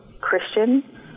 Christian